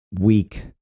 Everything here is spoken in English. weak